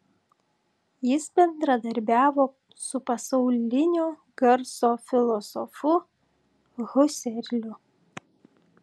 jis bendradarbiavo su pasaulinio garso filosofu huserliu